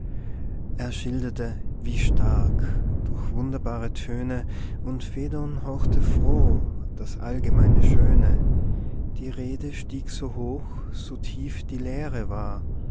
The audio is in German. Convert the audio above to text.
er schilderte wie stark durch wunderbare töne und phädon horchte froh das allgemeine schöne die rede stieg so hoch so tief die lehre war